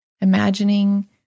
imagining